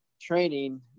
training